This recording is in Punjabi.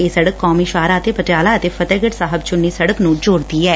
ਇਹ ਸੜਕ ਕੌਮੀ ਸ਼ਾਹ ਰਾਹ ਤੇ ਪਟਿਆਲਾ ਅਤੇ ਫਤਹਿਗੜ ਸਾਹਿਬ ਚੁੰਨੀ ਸੜਕ ਨੂੰ ਜੋੜਦੀ ਐ